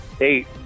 Eight